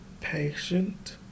patient